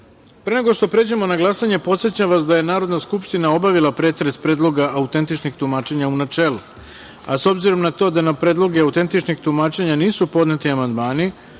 nego što pređemo na glasanje, podsećam vas da je Narodna skupština obavila pretres predloga autentičnih tumačenja u načelu, a s obzirom na to da na predloge autentičnih tumačenja nisu podneti amandmani